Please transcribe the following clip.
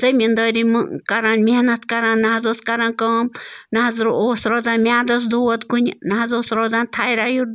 زٔمیٖندٲری مہٕ کران محنت کران نہٕ حظ اوس کران کٲم نہٕ حظ اوس روزان میٛادَس دود کُنہِ نہٕ حظ اوس روزان تھایرایِڈ